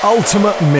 Ultimate